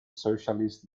socialist